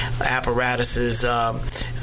apparatuses